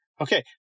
Okay